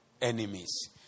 enemies